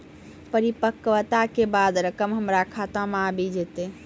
परिपक्वता के बाद रकम हमरा खाता मे आबी जेतै?